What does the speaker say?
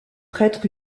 prêtres